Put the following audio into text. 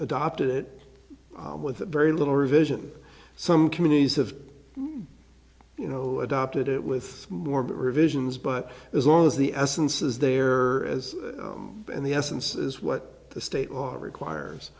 adopted it with a very little revision some communities have you know adopted it with more but revisions but as long as the essence is there as and the essence is what the state law requires